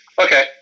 Okay